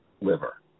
liver